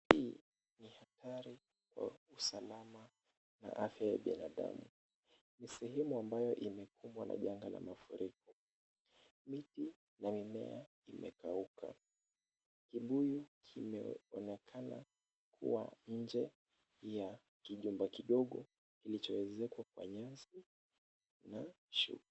Hii ni hatari kwa usalama na afya ya binadamu, ni sehemu ambayo imekumbwa na janga la mafuriko. Miti na mimea imekauka, kibuyu kimeonekana kuwa nje ya kijumba kidogo kilichoezekwa kwa nyasi na shuka.